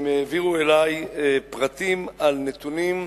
והם העבירו אלי פרטים על נתונים.